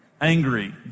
angry